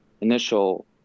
initial